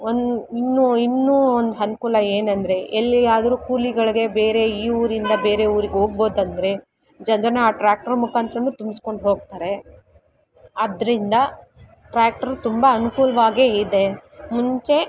one ಇನ್ನೂ ಇನ್ನೂ ಒಂದು ಅನ್ಕೂಲ ಏನಂದರೆ ಎಲ್ಲಿಯಾದರೂ ಕೂಲಿಗಳಿಗೆ ಬೇರೆ ಈ ಊರಿಂದ ಬೇರೆ ಊರಿಗೆ ಹೋಗ್ಬೋದಂದ್ರೆ ಜನ್ರನ್ನ ಆ ಟ್ರ್ಯಾಕ್ಟ್ರ್ ಮುಖಾಂತ್ರ ತುಂಬಿಸ್ಕೊಂಡ್ ಹೋಗ್ತಾರೆ ಆದ್ದರಿಂದ ಟ್ರ್ಯಾಕ್ಟ್ರ್ ತುಂಬ ಅನ್ಕೂಲವಾಗೇ ಇದೆ ಮುಂಚೆ